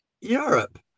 Europe